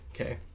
Okay